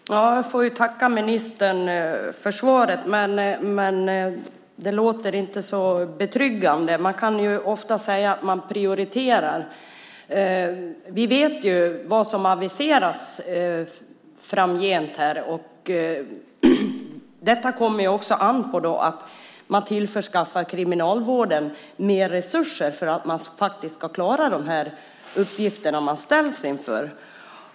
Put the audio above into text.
Fru talman! Jag får tacka ministern för svaret, men det låter inte så betryggande. Man kan ofta säga att man prioriterar. Vi vet ju vad som aviseras framgent här. Och detta kommer också an på att man tillförsäkrar kriminalvården mer resurser för att man faktiskt ska klara de här uppgifterna, som man ställs inför.